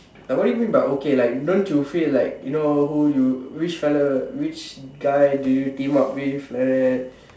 like what you mean by okay like don't you feel like you know who you which fellow which guy do you team up with like that